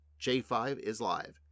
J5IsLive